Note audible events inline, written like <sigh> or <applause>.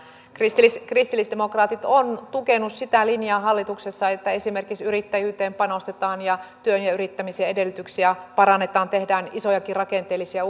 kristillisdemokraatit ovat tukeneet sitä linjaa hallituksessa että esimerkiksi yrittäjyyteen panostetaan ja työn ja yrittämisen edellytyksiä parannetaan tehdään isojakin rakenteellisia <unintelligible>